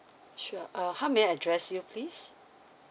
sure err how may I address you please